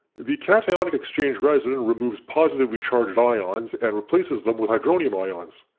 the cationic exchange resin and removes positively charged ions and replaces them with hydronium ions,